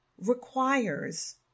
requires